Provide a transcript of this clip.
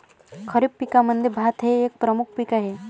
खरीप पिकांमध्ये भात हे एक प्रमुख पीक आहे